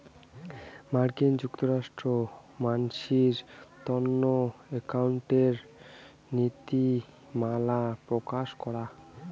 মার্কিন যুক্তরাষ্ট্রে মানসির তন্ন একাউন্টিঙের নীতিমালা প্রকাশ করাং